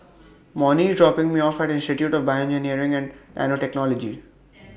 Monnie IS dropping Me off At Institute of Bioengineering and Nanotechnology